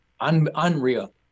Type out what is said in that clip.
unreal